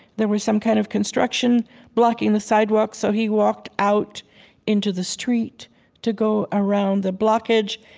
there was some kind of construction blocking the sidewalk, so he walked out into the street to go around the blockage,